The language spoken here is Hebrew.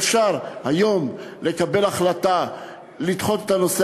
אפשר לקבל היום החלטה לדחות את הנושא